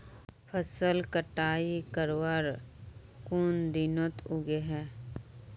फसल कटाई करवार कुन दिनोत उगैहे?